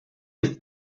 jest